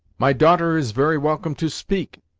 my daughter is very welcome to speak,